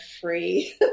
free